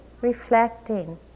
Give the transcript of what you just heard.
reflecting